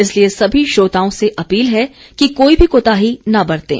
इसलिए सभी श्रोताओं से अपील है कि कोई भी कोताही न बरतें